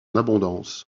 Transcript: abondance